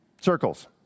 Circles